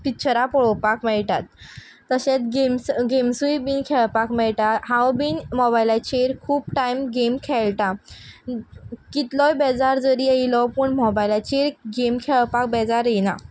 पिच्चरां पोळोवपाक मेळटात तशेंत गेम्स गेम्सूय बीन खेळपाक मेळटा हांव बीन मॉबायलाचेर खूब टायम गेम खेळटा कितलोय बेजार जरी येयलो पूण मॉबायलाचेर गेम खेळपाक बेजार येयना